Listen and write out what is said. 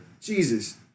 Jesus